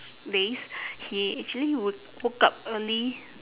days he actually would woke up early